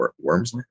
Worms